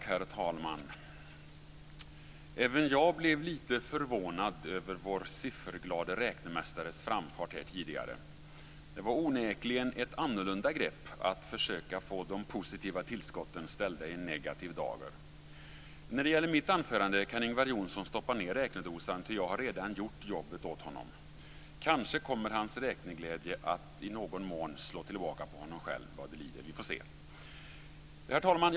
Herr talman! Även jag blev lite förvånad över vår sifferglade räknemästares framfart här tidigare. Det var onekligen ett annorlunda grepp att försöka få de positiva tillskotten ställda i en negativ dager. När det gäller mitt anförande kan Ingvar Johnsson stoppa ned räknedosan, ty jag har redan gjort jobbet åt honom. Kanske kommer hans räkneglädje att i någon mån slå tillbaka mot honom själv vad det lider. Vi får se. Herr talman!